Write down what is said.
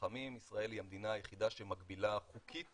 חכמים ישראל היא המדינה היחידה שמגבילה חוקית